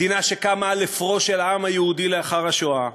מדינה שקמה על אפרו של העם היהודי לאחר השואה,